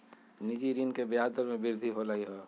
निजी ऋण के ब्याज दर में वृद्धि होलय है